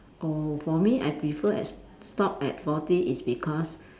oh for me I prefer at stop at forty is because